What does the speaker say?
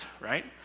right